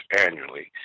annually